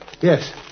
Yes